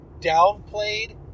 downplayed